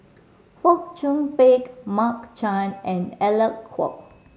Fong Chong Pik Mark Chan and Alec Kuok